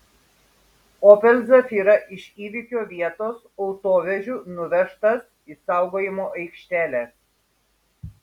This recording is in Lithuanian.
opel zafira iš įvykio vietos autovežiu nuvežtas į saugojimo aikštelę